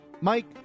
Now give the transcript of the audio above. Mike